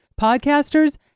Podcasters